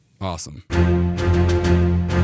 Awesome